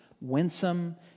winsome